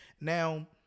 Now